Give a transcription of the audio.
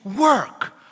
work